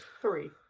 Three